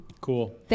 Cool